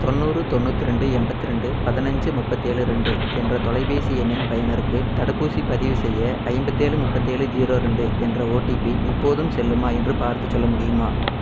தொண்ணூறு தொண்ணூத் ரெண்டு எண்பத் ரெண்டு பதினஞ்சு முப்பத்து ஏழு ரெண்டு என்ற தொலைபேசி எண்ணின் பயனருக்கு தடுப்பூசி பதிவுசெய்ய ஐம்பத்து ஏழு முப்பத்து ஏழு ஜீரோ ரெண்டு என்ற ஓடிபி இப்போதும் செல்லுமா என்று பார்த்துச் சொல்ல முடியுமா